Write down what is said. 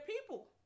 people